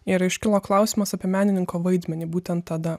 ir iškilo klausimas apie menininko vaidmenį būtent tada